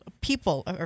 people